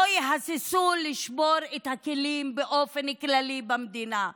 לא יהססו לשבור את הכלים באופן כללי במדינה,